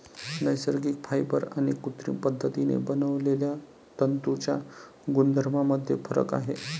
नैसर्गिक फायबर आणि कृत्रिम पद्धतीने बनवलेल्या तंतूंच्या गुणधर्मांमध्ये फरक आहे